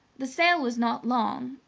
the sail was not long,